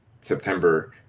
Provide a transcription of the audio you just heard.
September